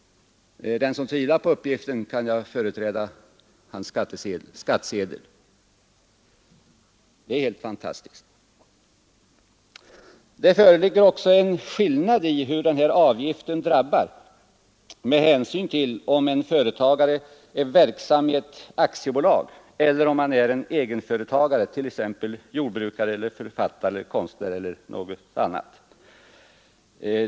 För den som tvivlar på uppgiften, kan jag förete skattsedeln för personen i fråga. Det föreligger även en skillnad i hur avgiften drabbar med hänsyn till om en företagare är verksam i ett aktiebolag eller om han är en egenföretagare, såsom t.ex. jordbrukare, författare eller konstnär.